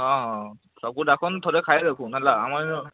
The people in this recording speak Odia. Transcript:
ହଁ ହଁ ସବୁ ଡାକୁନ୍ ଥରେ ଖାଇ ଦେଖୁନ୍ ହେଲା ଆମର୍ ଇନୁ